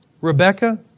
Rebecca